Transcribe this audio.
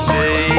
Say